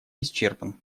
исчерпан